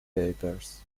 papers